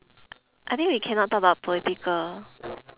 I think we cannot talk about political